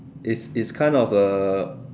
is is kind of a